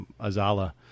Azala